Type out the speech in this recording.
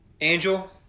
Angel